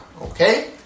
okay